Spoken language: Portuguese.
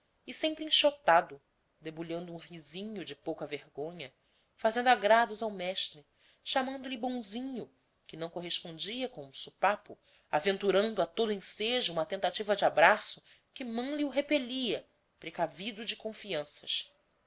e sempre enxotado debulhando um risinho de pouca-vergonha fazendo agrados ao mestre chamando-lhe bonzinho aventurando a todo ensejo uma tentativa de abraço que mânlio repelia precavido de confianças